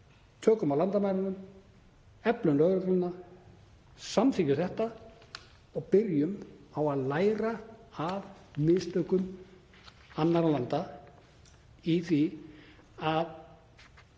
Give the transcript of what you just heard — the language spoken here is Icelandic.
Tökum á landamærunum, eflum lögregluna, samþykkjum þetta og byrjum á að læra af mistökum annarra landa.